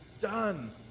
done